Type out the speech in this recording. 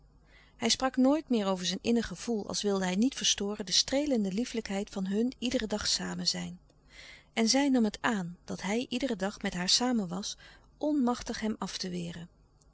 hij sprak nooit meer over zijn innig gevoel als wilde hij niet verstoren de streelende lieflijkheid van hun iederen dag samen zijn en zij nam het aan dat hij iederen dag met haar samen was onmachtig hem af te weeren